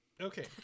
Okay